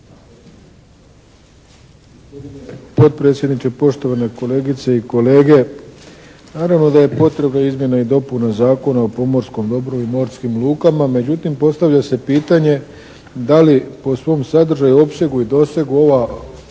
Podpredsjedniče, poštovane kolegice i kolege naravno da je potrebna izmjena i dopuna Zakona o pomorskom dobru i morskim lukama međutim postavlja se pitanje da li po svom sadržaju, opsegu i dosegu ova